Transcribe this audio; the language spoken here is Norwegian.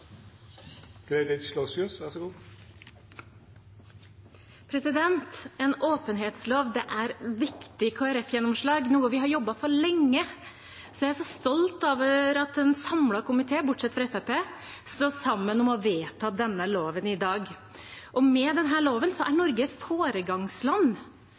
noe vi har jobbet for lenge, så jeg er stolt av at en samlet komité, bortsett fra Fremskrittspartiet, står sammen om å vedta denne loven i dag. Med denne loven er Norge et foregangsland. Målet er å bekjempe slaveri og forbedre arbeidsforholdene for dem som lager varene – de varene som den